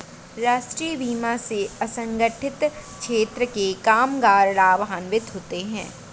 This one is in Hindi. राष्ट्रीय बीमा से असंगठित क्षेत्र के कामगार लाभान्वित होंगे